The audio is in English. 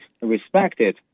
respected